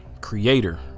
creator